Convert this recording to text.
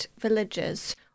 villages